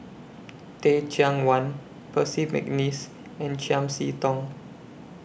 Teh Cheang Wan Percy Mcneice and Chiam See Tong